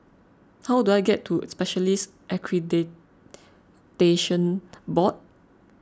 how do I get to Specialists Accreditation Board